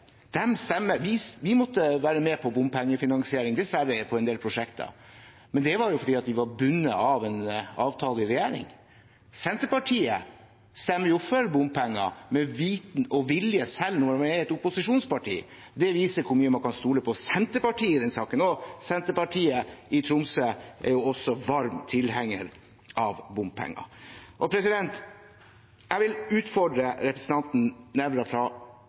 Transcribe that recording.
det var fordi vi var bundet av en avtale i regjering. Senterpartiet stemmer jo for bompenger med vitende og vilje, selv når de er et opposisjonsparti. Det viser hvor mye man kan stole på Senterpartiet i denne saken. Senterpartiet i Tromsø er også varm tilhenger av bompenger. Jeg vil utfordre representanten Nævra fra